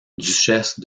duchesse